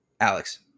Alex